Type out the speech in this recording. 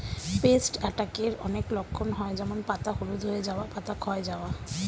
paste অ্যাটাকের অনেক লক্ষণ হয় যেমন পাতা হলুদ হয়ে যাওয়া, পাতা ক্ষয় যাওয়া